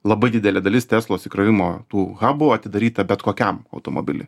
labai didelė dalis teslos įkrovimo tų habų atidaryta bet kokiam automobiliui